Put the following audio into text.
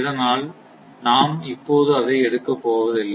அதனால் நாம் இப்போது அதை எடுக்க போவதில்லை